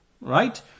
Right